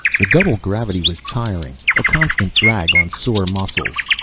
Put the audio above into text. the double gravity was tiring, a constant drag on sore muscles.